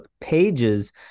pages